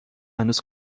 هنوز